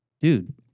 dude